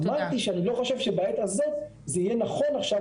אמרתי שאני לא חושב שבעת הזאת זה יהיה נכון עכשיו,